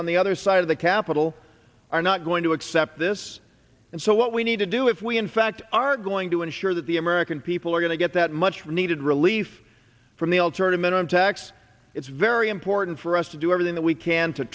on the other side of the capitol are not going to accept this and so what we need to do if we in fact are going to ensure that the american people are going to get that much needed relief from the alternative minimum tax it's very important for us to do everything that we can to